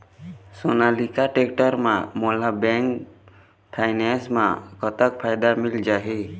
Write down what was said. Sonalika tractor म मोला bank finance म कतक फायदा मिल जाही?